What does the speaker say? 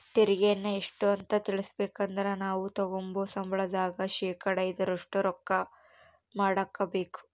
ತೆರಿಗೆಯನ್ನ ಎಷ್ಟು ಅಂತ ತಿಳಿಬೇಕಂದ್ರ ನಾವು ತಗಂಬೋ ಸಂಬಳದಾಗ ಶೇಕಡಾ ಐದರಷ್ಟು ಲೆಕ್ಕ ಮಾಡಕಬೇಕು